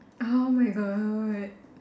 oh my god